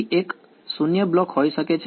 તેમાંથી એક 0 બ્લોક હોઈ શકે છે